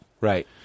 Right